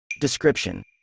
Description